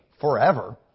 forever